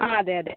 ആ അതെ അതെ